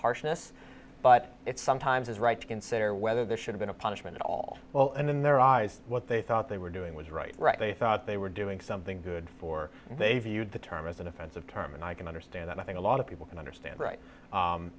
harshness but it sometimes is right to consider whether there should be no punishment at all well and in their eyes what they thought they were doing was right right they thought they were doing something good for they've used the term as an offensive term and i can understand that i think a lot of people can understand right